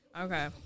Okay